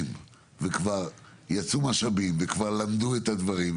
וכבר יצאו משאבים וכבר למדו את הדברים,